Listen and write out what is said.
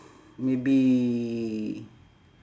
maybe